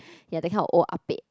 ya that kind of old ah-pek